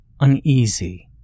uneasy